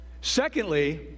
Secondly